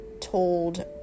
told